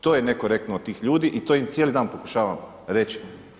To je nekorektno od tih ljudi i to im cijeli dan pokušavam reći.